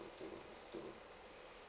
to to